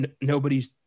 nobody's